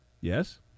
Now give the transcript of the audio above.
Yes